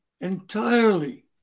entirely